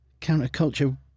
counterculture